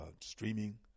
streaming